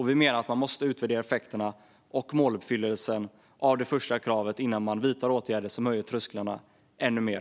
Vi menar att man måste utvärdera effekterna och måluppfyllelsen av det första kravet innan man vidtar åtgärder som höjer trösklarna ännu mer.